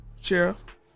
sheriff